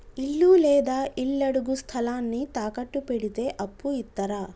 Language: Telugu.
ఇల్లు లేదా ఇళ్లడుగు స్థలాన్ని తాకట్టు పెడితే అప్పు ఇత్తరా?